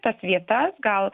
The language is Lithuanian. tas vietas gal